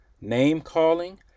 Name-calling